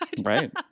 Right